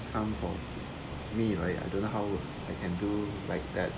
come for me right I don't know how I can do like that